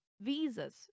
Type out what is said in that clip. visas